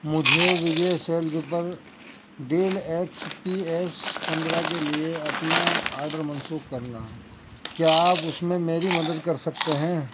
مجھے وجے سیلز پر Dell X P S پندرہ کے لیے اپنا آرڈر منسوخ کرنا ہے کیا آپ اس میں میری مدد کر سکتے ہیں